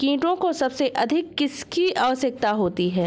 कीटों को सबसे अधिक किसकी आवश्यकता होती है?